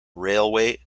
railway